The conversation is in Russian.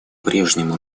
прежнему